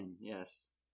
yes